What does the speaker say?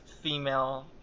female